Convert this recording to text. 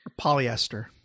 polyester